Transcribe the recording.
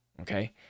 Okay